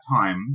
time